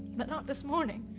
but not this morning.